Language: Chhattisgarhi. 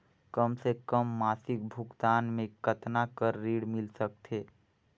कम से कम मासिक भुगतान मे कतना कर ऋण मिल सकथे?